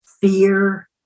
fear